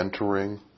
entering